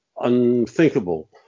unthinkable